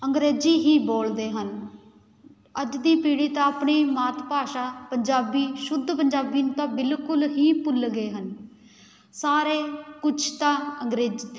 ਅੰਗਰੇਜ਼ੀ ਹੀ ਬੋਲਦੇ ਹਨ ਅੱਜ ਦੀ ਪੀੜ੍ਹੀ ਤਾਂ ਆਪਣੀ ਮਾਤ ਭਾਸ਼ਾ ਪੰਜਾਬੀ ਸ਼ੁੱਧ ਪੰਜਾਬੀ ਨੂੰ ਤਾਂ ਬਿਲਕੁਲ ਹੀ ਭੁੱਲ ਗਏ ਹਨ ਸਾਰੇ ਕੁਛ ਤਾਂ ਅੰਗਰੇਜ਼